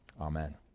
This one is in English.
Amen